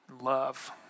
love